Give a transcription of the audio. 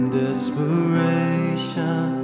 desperation